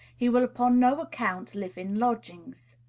he will upon no account live in lodgings?